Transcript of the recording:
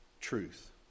truth